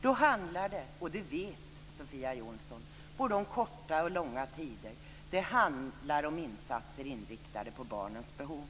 Då handlar det, och det vet Sofia Jonsson, både om korta och långa tider. Det handlar om insatser inriktade på barnens behov.